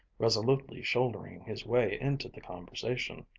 resolutely shouldering his way into the conversation.